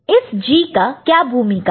इस G का क्या भूमिका है